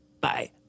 Bye